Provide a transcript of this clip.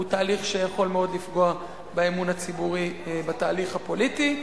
הוא תהליך שיכול מאוד לפגוע באמון הציבורי בתהליך הפוליטי.